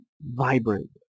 vibrant